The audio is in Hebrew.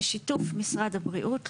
בשיתוף משרד הבריאות,